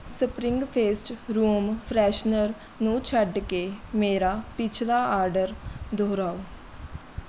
spring fest room freshener ਨੂੰ ਛੱਡ ਕੇ ਮੇਰਾ ਪਿਛਲਾ ਆਡਰ ਦੁਹਰਾਓ